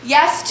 Yes